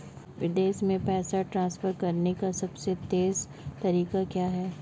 विदेश में पैसा ट्रांसफर करने का सबसे तेज़ तरीका क्या है?